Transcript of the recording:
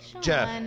Jeff